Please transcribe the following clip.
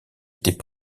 était